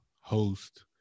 host